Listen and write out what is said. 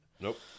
Nope